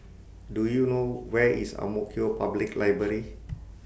Do YOU know Where IS Ang Mo Kio Public Library